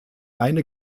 eine